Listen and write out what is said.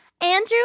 Andrew